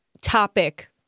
topic